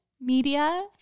media